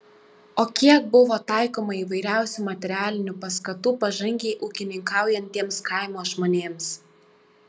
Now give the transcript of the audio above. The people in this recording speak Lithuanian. o kiek buvo taikoma įvairiausių materialinių paskatų pažangiai ūkininkaujantiems kaimo žmonėms